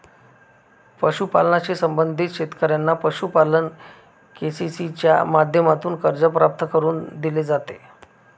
पशुपालनाशी संबंधित शेतकऱ्यांना पशुपालन के.सी.सी च्या माध्यमातून कर्ज प्राप्त करून दिले जाते